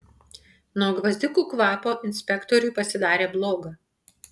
nuo gvazdikų kvapo inspektoriui pasidarė bloga